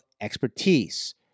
expertise